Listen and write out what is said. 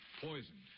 Poisoned